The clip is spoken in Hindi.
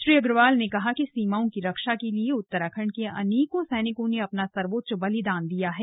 श्री अग्रवाल ने कहा कि सीमाओं की रक्षा के लिए उत्तराखंड के अनेकों सैनिकों ने अपना सर्वोच्च बलिदान दिया है